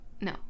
No